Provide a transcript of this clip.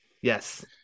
Yes